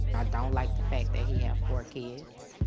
i don't like the fact that he have four kids